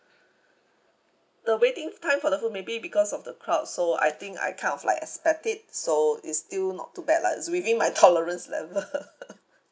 the waiting time for the food maybe because of the crowd so I think I kind of like accept it so is still not too bad lah it's within my tolerance level